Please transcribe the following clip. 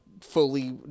fully